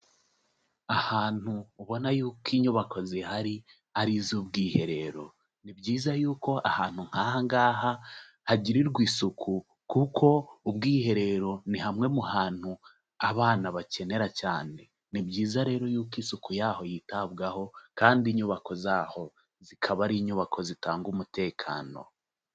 Ahantu ubona yuko inyubako zihari ari iz'ubwiherero. Ni byiza yuko ahantu nk'aha ngaha hagirirwa isuku kuko ubwiherero ni hamwe mu hantu abana bakenera cyane. Ni byiza rero yuko isuku yaho yitabwaho kandi inyubako zaho zikaba ari inyubako zitanga umutekano.